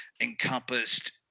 encompassed